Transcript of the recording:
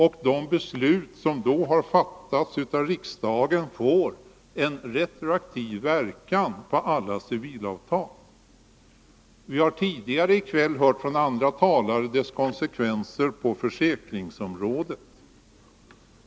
Och de beslut som då har fattats av riksdagen får retroaktiv verkan på alla civilavtal. Vi har tidigare i kväll från andra talare hört om konsekvenserna på försäkringsområdet.